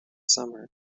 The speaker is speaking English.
summer